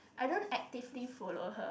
I don't actively follow her